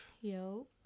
Yo